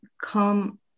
come